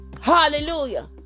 Hallelujah